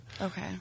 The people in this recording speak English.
Okay